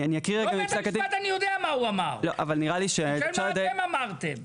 אני יודע מה בית המשפט אמר; אני שואל מה אתם אמרתם.